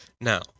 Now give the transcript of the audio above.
Now